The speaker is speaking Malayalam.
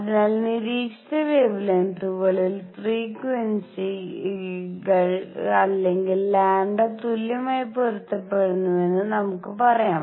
അതിനാൽ നിരീക്ഷിച്ച വെവെലെങ്തുകളിൽ ഫ്രീക്വൻസികൾ അല്ലെങ്കിൽ λ തുല്യമായി പൊരുത്തപ്പെടുന്നുവെന്ന് നമുക്ക് പറയാം